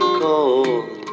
cold